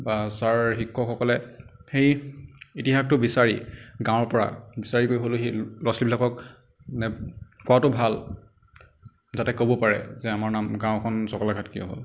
বা ছাৰ শিক্ষকসকলে সেই ইতিহাসটো বিচাৰি গাঁৱৰ পৰা বিচাৰি গৈ হ'লেও সেই ল'ৰা ছোৱালীবিলাকক মানে কোৱাটো ভাল যাতে ক'ব পাৰে যে আমাৰ নাম গাঁওখন চকলাঘাট কিয় হ'ল